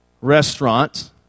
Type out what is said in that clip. restaurant